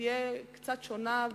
תהיה קצת שונה,